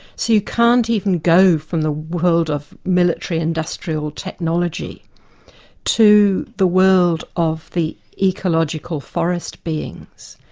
so you can't even go from the world of military industrial technology to the world of the ecological forest beings,